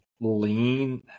lean